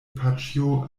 paĉjo